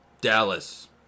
Dallas